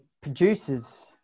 producers